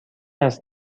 است